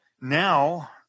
now